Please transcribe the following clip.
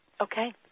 Okay